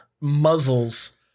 muzzles